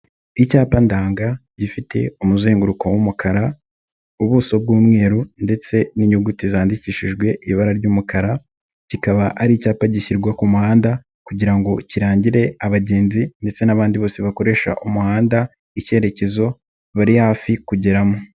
Icyapa ndanga gifite umuzenguruko w'umukara, ubuso bw'umweru ndetse n'inyuguti zandikishijwe ibara ry'umukara, kikaba ari icyapa gishyirwa ku muhanda kugira ngo kirangire abagenzi ndetse n'abandi bose bakoresha umuhanda ikerekezo bari hafi kugeramo.